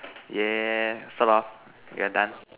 yeah sort of we are done